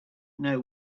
know